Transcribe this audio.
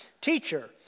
teacher